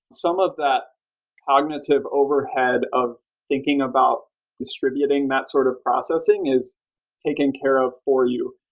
some of that cognitive overhead of thinking about distributing that sort of processing is taken care of for you,